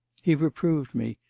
he reproved me,